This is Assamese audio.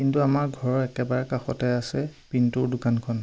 কিন্তু আমাৰ ঘৰৰ একেবাৰে কাষতে আছে পিণ্টুৰ দোকানখন